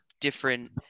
different